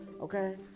okay